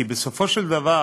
כי בסופו של דבר